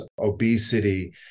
obesity